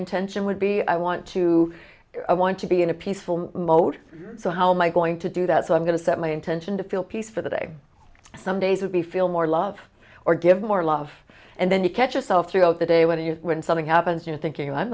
intention would be i want to i want to be in a peaceful mode so how my going to do that so i'm going to set my intention to feel peace for the day some days will be feel more love or give more love and then you catch yourself throughout the day when you when something happens you know thinking i'm